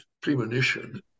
premonition